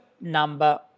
number